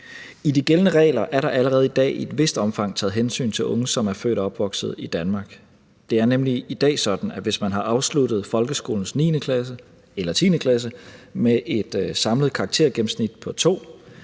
I de gældende regler er der allerede i dag i et vist omfang taget hensyn til unge, som er født og opvokset i Danmark. Det er nemlig i dag sådan, at hvis man har afsluttet folkeskolens 9. klasse eller 10. klasse med et samlet karaktergennemsnit på 02,